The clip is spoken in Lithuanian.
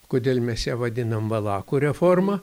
kodėl mes ją vadinam valakų reforma